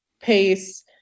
pace